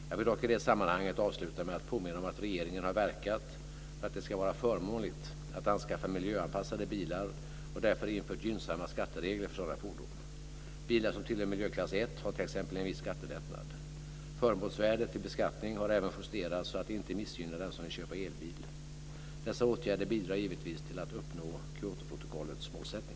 Jag vill dock i det sammanhanget avsluta med att påminna om att regeringen har verkat för att det ska vara förmånligt att anskaffa miljöanpassade bilar och därför infört gynnsamma skatteregler för sådana fordon. Bilar som tillhör miljöklass 1 har t.ex. en viss skattelättnad. Förmånsvärdet vid beskattning har även justerats så att det inte missgynnar den som vill köpa en elbil. Dessa åtgärder bidrar givetvis till att uppnå Kyotoprotokollets målsättning.